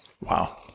wow